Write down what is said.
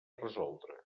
resoldre